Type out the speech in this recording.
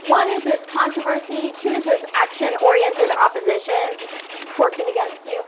one is there's controversy, two is there's action-oriented oppositions working against you,